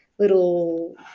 little